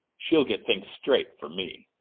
she'll get things straight from me.